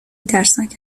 ترسناک